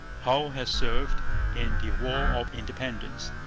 hull had served in the war of independence.